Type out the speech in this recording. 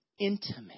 intimate